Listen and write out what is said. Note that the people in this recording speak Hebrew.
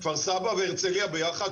כפר סבא והרצליה ביחד,